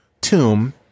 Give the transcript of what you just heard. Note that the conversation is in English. tomb